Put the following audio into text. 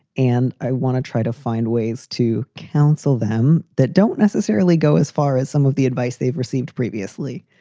and i want to try to find ways to counsel them that don't necessarily go as far as some of the advice they've received previously.